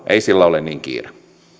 ei sillä ole niin kiire